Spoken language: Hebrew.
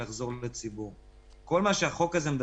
כל שקל יחזור לציבור.